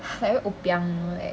like very obiang you know that